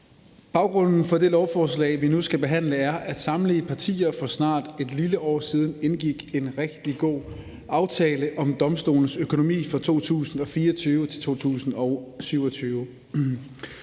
Baggrunden for det lovforslag, vi nu skal behandle, er, at samtlige partier for snart et lille år siden indgik en rigtig god aftale om domstolenes økonomi for 2024-2027.